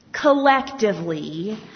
collectively